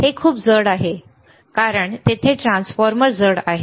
हे खूप जड आहे बरोबर कारण तेथे ट्रान्सफॉर्मर जड आहे